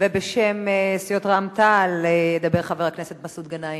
ובשם סיעות רע"ם-תע"ל ידבר חבר הכנסת מסעוד גנאים.